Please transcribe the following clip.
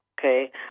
Okay